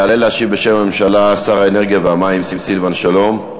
יעלה להשיב בשם הממשלה שר האנרגיה והמים סילבן שלום.